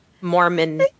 Mormon